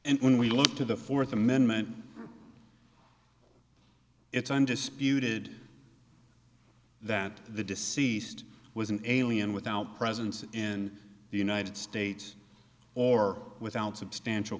and when we look to the fourth amendment it's undisputed that the deceased was an alien without presence in the united states or without substantial